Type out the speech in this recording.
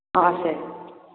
অ' আছে